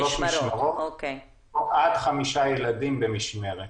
עד חמישה ילדים במשמרת.